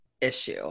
issue